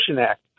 Act